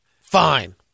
Fine